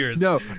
No